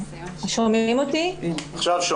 כן.